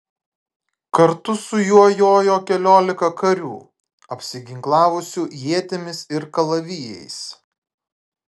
kartu su juo jojo keliolika karių apsiginklavusių ietimis ir kalavijais